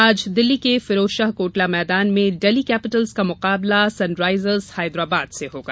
आज दिल्ली के फिरोजशाह कोटला मैदान में डेल्ही कैपिटल्स का मुकाबला सन राइजर्स हैदराबाद से होगा